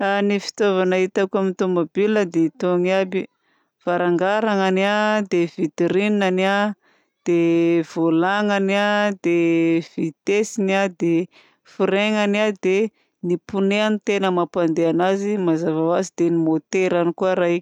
Ny fitaovagna hitako amin'ny tomobilina dia itogny aby varangaragnany dia vitrine-ny dia vôlana-ny dia vitesse-ny dia freinany dia ny pneu-any tena mampandeha anazy mazava ho azy dia ny môterany koa raiky.